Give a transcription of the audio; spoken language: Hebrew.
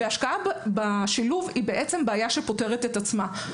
וההשקעה בשילוב היא בעיה שפותרת את עצמה.